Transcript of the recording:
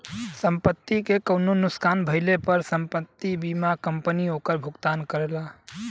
संपत्ति के कउनो नुकसान भइले पर संपत्ति बीमा कंपनी ओकर भुगतान करला